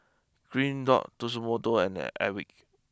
Green dot Tatsumoto and Airwick